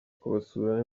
kubasura